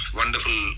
wonderful